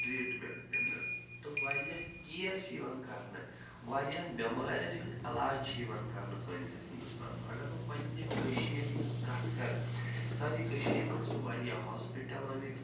treatment دِنہٕ تہٕ واریاہ کِیَر چھِ یِوان کرنہٕ واریاہَن بٮ۪مارٮ۪ن ہُنٛد علاج چھُ یِوان کرنہٕ سٲنِس یَتھ ہِندوستانَس منٛز اگر بہٕ پنٛنہِ کٔشیٖر ہِنٛز کَتھ کَرٕ سانہِ کٔشیٖرِ منٛز چھِ واریاہ ہاسپِٹَل آمٕتۍ